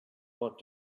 want